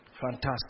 fantastic